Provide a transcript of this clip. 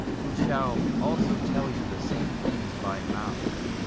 who shall also tell you the same things by mouth.